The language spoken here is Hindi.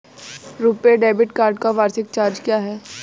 रुपे डेबिट कार्ड का वार्षिक चार्ज क्या है?